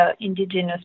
indigenous